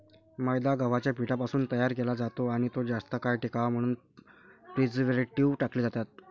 मैदा गव्हाच्या पिठापासून तयार केला जातो आणि तो जास्त काळ टिकावा म्हणून प्रिझर्व्हेटिव्ह टाकले जातात